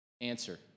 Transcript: answer